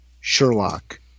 Sherlock